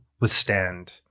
withstand